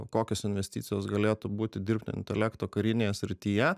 kokios investicijos galėtų būti dirbtinio intelekto karinėje srityje